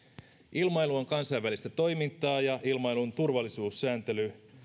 ilmailu on kansainvälistä toimintaa ja ilmailun turvallisuussääntely